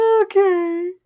Okay